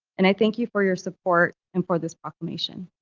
and i thank you for your support and for this proclamation.